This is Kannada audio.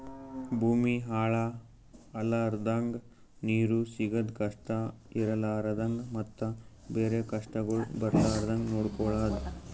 ಭೂಮಿ ಹಾಳ ಆಲರ್ದಂಗ, ನೀರು ಸಿಗದ್ ಕಷ್ಟ ಇರಲಾರದಂಗ ಮತ್ತ ಬೇರೆ ಕಷ್ಟಗೊಳ್ ಬರ್ಲಾರ್ದಂಗ್ ನೊಡ್ಕೊಳದ್